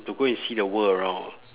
you go and see the world around